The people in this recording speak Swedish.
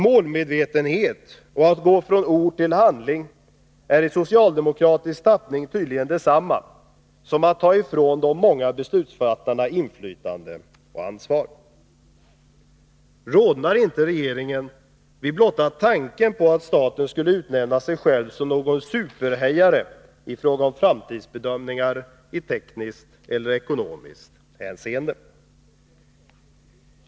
”Målmedvetenhet” och att ”gå från ord till handling” är i socialdemokratisk tappning tydligen detsamma som att ta från de många beslutsfattarna inflytande och ansvar. Rodnar inte regeringen vid blotta tanken på att staten skulle utnämna sig själv till något slags superhejare i fråga om framtidsbedömningar i tekniskt eller ekonomiskt hänseende?